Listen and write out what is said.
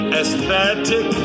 aesthetic